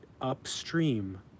upstream